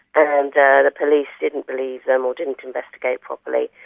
and the police didn't believe them or didn't investigate properly.